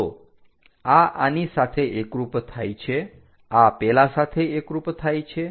તો આ આની સાથે એકરૂપ થાય છે આ પેલા સાથે એકરૂપ થાય છે